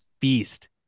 feast